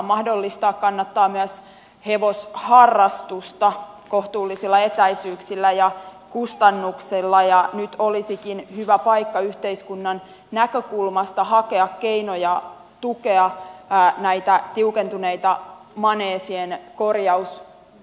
mahdollistaa kannattaa myös hevosharrastusta kohtuullisilla etäisyyksillä ja kustannuksilla ja nyt olisikin hyvä paikka yhteiskunnan näkökulmasta hakea keinoja tukea vaan näitä tiukentuneita maneesien korjaus